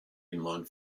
inline